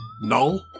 Null